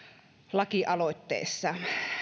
lakialoitteesta